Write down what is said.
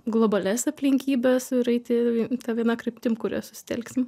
globalias aplinkybes ir eiti ta viena kryptim kuria susitelksim